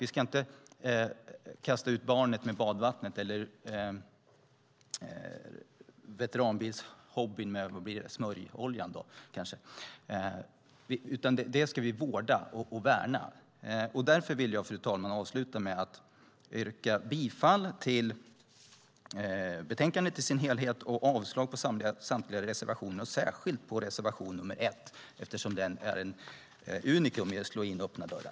Vi ska inte kasta ut barnet med badvattnet eller veteranbilshobbyn med smörjoljan, utan den ska vi vårda och värna. Därför vill jag, fru talman, avsluta med att yrka bifall till utskottets förslag till beslut i sin helhet och yrka avslag på samtliga reservationer, särskilt reservation 1 eftersom den är ett unikum när det gäller att slå in öppna dörrar.